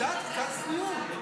קצת צניעות.